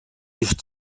just